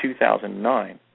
2009